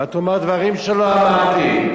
ואל תאמר דברים שלא אמרתי.